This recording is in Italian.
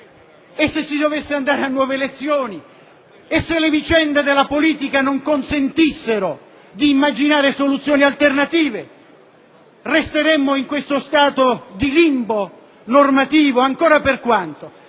E se si dovesse andare a nuove elezioni? E se le vicende della politica non consentissero di immaginare soluzioni alternative? Resteremmo in questo stato di limbo normativo ancora per quanto?